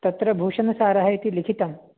तत्र भूषणसारः इति लिखितं